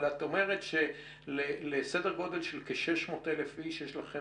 אבל את אומרת שלסדר גודל של כ-600 אלף איש יש לכם